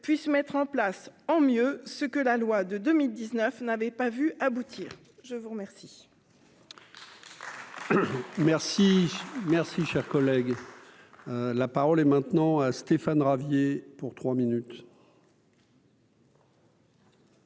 puisse mettre en place en mieux ce que la loi de 2019 n'avait pas vu aboutir, je vous remercie.